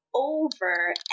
over